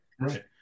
Right